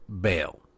bail